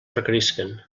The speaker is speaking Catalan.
requerisquen